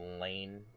Lane